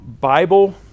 Bible